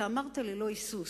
אתה אמרת ללא היסוס: